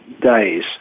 days